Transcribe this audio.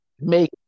make